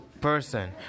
person